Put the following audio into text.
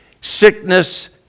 sickness